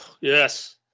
Yes